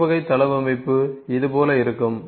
U வகை தளவமைப்பு இது போல இருக்கும்